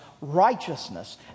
righteousness